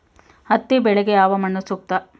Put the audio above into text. ಹತ್ತಿ ಬೆಳೆಗೆ ಯಾವ ಮಣ್ಣು ಸೂಕ್ತ?